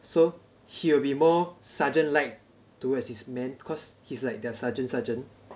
so he will be more sergeant like towards his men cause he's like their sergeant sergeant